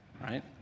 right